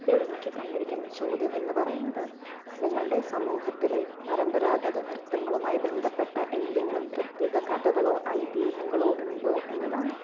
ഇപ്പോൾ എനിക്ക് തന്നിരിക്കുന്ന ചോദ്യം എന്ന് പറയുന്നത് നിങ്ങളുടെ സമൂഹത്തിലെ പരമ്പരാഗത നൃത്തങ്ങളുമായി ബന്ധപ്പെട്ട എന്തെങ്കിലും പ്രത്യേക കഥകളോ ഐതീഹ്യങ്ങളോ ഉണ്ടോ എന്നതാണ്